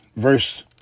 Verse